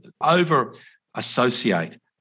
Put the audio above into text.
over-associate